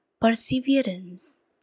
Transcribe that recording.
Perseverance